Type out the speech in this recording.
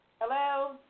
Hello